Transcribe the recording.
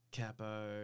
Capo